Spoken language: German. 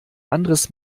anderes